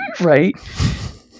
right